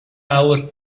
awr